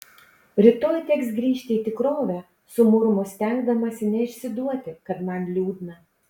rytoj teks grįžti į tikrovę sumurmu stengdamasi neišsiduoti kad man liūdna